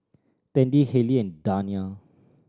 Tandy Hayley and Dania